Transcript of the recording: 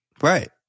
Right